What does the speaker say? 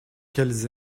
qu’elles